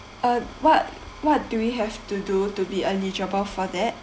uh what what do we have to do to be eligible for that